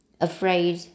afraid